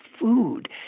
food